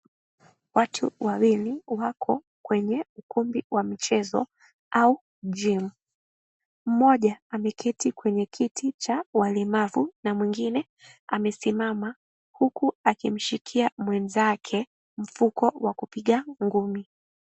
Watu wawili wako kwenye ukumbi wa michezo au jym . Mmoja ameketi kwenye kiti cha walemavi na mwingine amesimama huku akimshikia mwenzake mfuko wa kupiga ngumi.